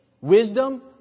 wisdom